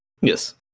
yes